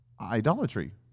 Idolatry